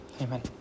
Amen